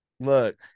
Look